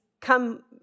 come